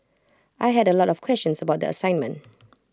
I had A lot of questions about the assignment